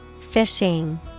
Fishing